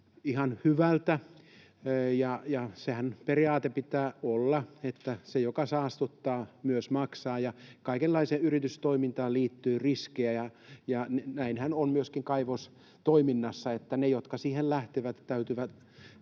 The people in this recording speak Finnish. ihan hyvältä, ja periaatteenhan pitää olla, että se, joka saastuttaa, myös maksaa. Kaikenlaiseen yritystoimintaan liittyy riskejä. Näinhän on myöskin kaivostoiminnassa, että niiden, jotka siihen lähtevät, täytyy